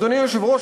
אדוני היושב-ראש,